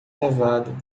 nevado